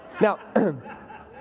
Now